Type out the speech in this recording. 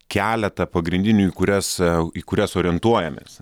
keletą pagrindinių į kurias į kurias orientuojamės